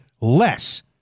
less